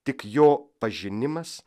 tik jo pažinimas